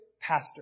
pastor